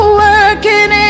working